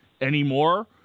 anymore